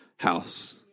house